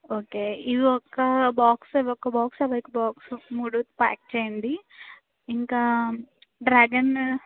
okay ఇవి ఒక box అవి ఒక ఒక బాక్స్ అవి ఒక బాక్స్ మూడు ప్యాక్ చేయండి ఇంకా డ్రాగన్